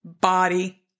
body